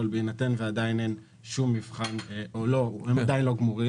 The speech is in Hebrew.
בהינתן זה שמבחני התמיכה אינם גמורים.